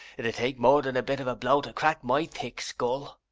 it'd take more than a bit of a blow to crack my thick skull.